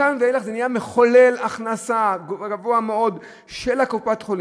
מכאן ואילך היא נהייתה מחולל הכנסה גבוהה מאוד של קופות-החולים,